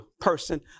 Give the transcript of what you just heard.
person